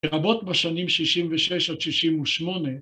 לרבות בשנים שישים ושש עד שישים ושמונה